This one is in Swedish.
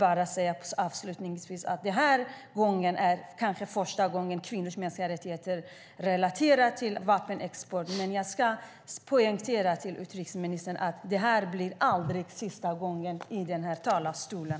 Jag vill avslutningsvis säga att den här gången kanske är första gången som kvinnors mänskliga rättigheter relateras till vapenexport, men jag vill poängtera för utrikesministern att det aldrig blir sista gången i den här talarstolen.